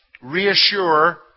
reassure